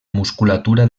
musculatura